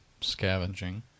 scavenging